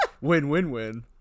win-win-win